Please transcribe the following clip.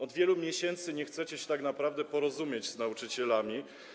Od wielu miesięcy nie chcecie się tak naprawdę porozumieć z nauczycielami.